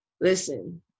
listen